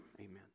amen